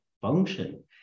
function